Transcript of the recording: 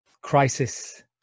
crisis